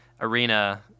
arena